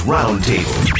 Roundtable